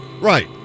Right